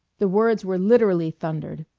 the words were literally thundered.